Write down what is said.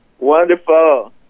Wonderful